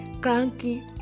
Cranky